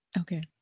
Okay